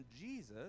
Jesus